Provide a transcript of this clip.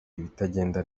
ibitagenda